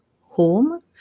home